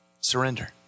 Surrender